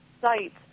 sites